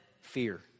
Fear